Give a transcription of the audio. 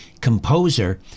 composer